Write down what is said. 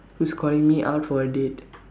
who's calling me out for a date